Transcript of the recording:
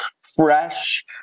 fresh